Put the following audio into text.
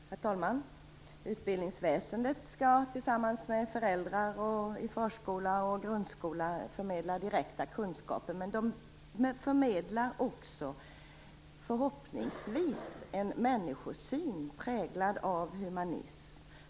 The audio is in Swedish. Herr talman! Utbildningsväsendet skall tillsammans med föräldrar, förskola och grundskola förmedla direkta kunskaper, men förhoppningsvis också en människosyn präglad av humanism.